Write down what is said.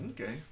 Okay